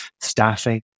staffing